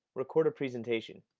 record a presentation.